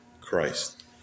Christ